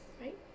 right